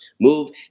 move